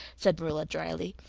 said marilla drily.